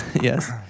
Yes